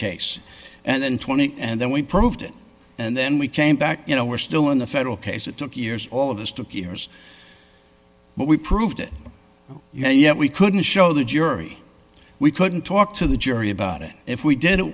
case and then twenty and then we proved it and then we came back you know we're still in the federal case it took years all of us took years but we proved it yet we couldn't show the jury we couldn't talk to the jury about it if we did